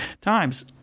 times